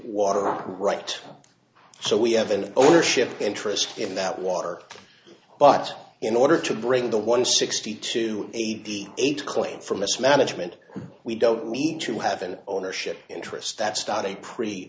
water right so we have an ownership interest in that water but in order to bring the one sixty to eighty eight claim for mismanagement we don't need to have an ownership interest that started a pre